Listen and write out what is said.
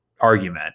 argument